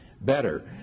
better